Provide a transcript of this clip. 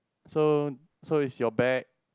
so so is your bag